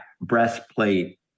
Breastplate